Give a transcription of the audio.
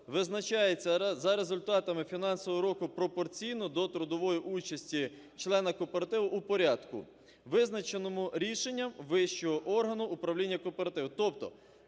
визначається за результатами фінансового року пропорційно до трудової участі члена кооперативу у порядку, визначеному рішенням вищого органу управління кооперативом",